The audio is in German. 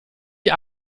die